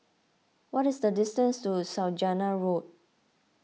what is the distance to Saujana Road